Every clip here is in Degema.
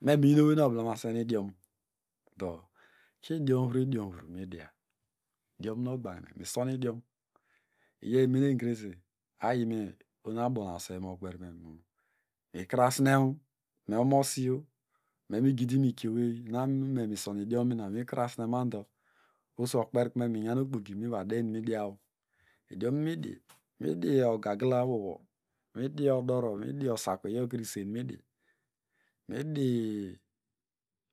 Memiyinowey nu obelesen idiom do kidiom vro diomvro midia ekrenogbagine misonidiom iyo umenesene krose ayime ohonuabonuaswey mokwe mikrasne me omosiyo memigidimikieowey miname mison idiom mikrase krese osokperikum minyan okpoki nu mivade inumnu midia idiomidi midogagilawowo, midioodoro midi osaku uyokre esen nu midi midi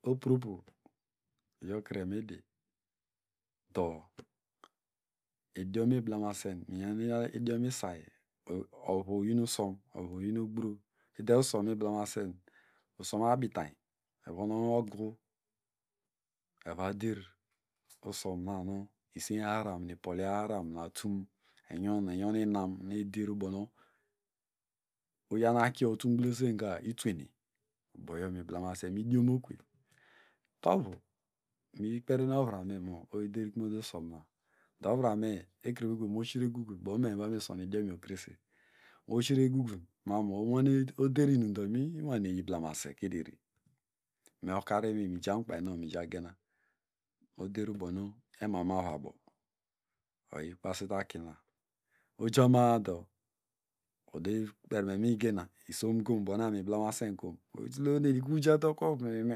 opropo uyokre midi do idiom mi blemason iyin idiom say ovu oyin usom, ovu oyin ogbro ude usom miblemasen usom abitanyn ovon u ogu evader usomnanu isen habrahan nu ipolia haharan natum enyin enyer inam ederbonu uyami akiyo utum gbosen ka itwene boyomiblemasen midiomokuvey toru, miyi kperi ovrame mamu oyiderkme ude usonma do ovrame ekrevekre moshiregugun bonu mevomu ison idiomiokrese moshregugun mamu oderinum minuomeblemase keder me okarinwe mijamukpaynown mijagena oderbonu emame ovubo oyikpasite aki ojama ado odoykperime miyigena isomkom? Ubona ublemasen kom? Otuleohom ikruyateokrovuminwime.